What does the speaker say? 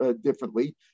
differently